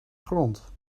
grond